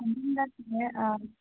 ꯑꯥ